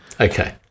Okay